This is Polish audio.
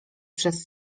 przez